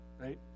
right